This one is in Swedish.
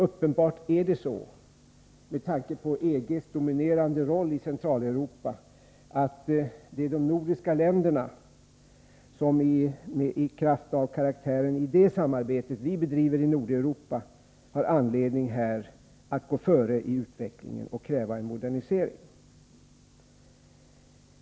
Uppenbarligen är det så, med tanke på EG:s dominerande roll i Centraleuropa, att de nordiska länderna i kraft av karaktären av det samarbete de bedriver i Nordeuropa, har anledning att gå före i utvecklingen och kräva en modernisering.